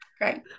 Great